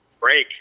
break